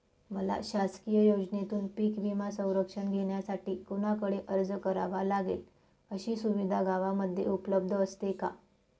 मला शासकीय योजनेतून पीक विमा संरक्षण घेण्यासाठी कुणाकडे अर्ज करावा लागेल? अशी सुविधा गावामध्ये उपलब्ध असते का?